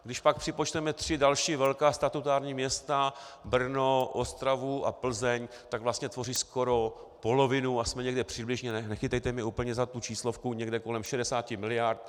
Když pak připočteme tři další velká statutární města, Brno, Ostravu a Plzeň, tak vlastně tvoří skoro polovinu, a jsme někde přibližně nechytejte mě úplně za tu číslovku kolem 60 miliard.